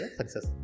success